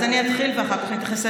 אז אני אתחיל ואחר כך תתייחס.